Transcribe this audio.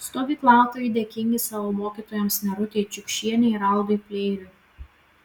stovyklautojai dėkingi savo mokytojams nerutei čiukšienei ir aldui pleiriui